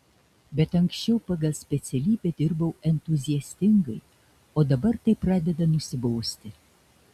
bet anksčiau pagal specialybę dirbau entuziastingai o dabar tai pradeda nusibosti